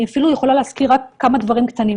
אני אפילו יכולה להזכיר רק כמה דברים קטנים.